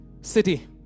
city